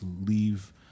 leave